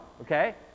Okay